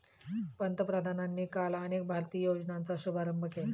पंतप्रधानांनी काल अनेक भारतीय योजनांचा शुभारंभ केला